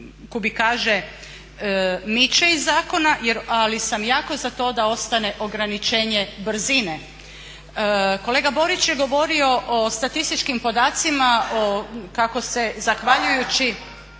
kubikaže miče iz zakona, ali sam jako za to da ostane ograničenje brzine. Kolega Borić je govorio o statističkim podacima kako se zahvaljujući